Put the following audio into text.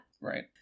right